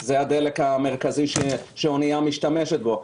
זה הדלק המרכזי שאוניה משתמשת בו.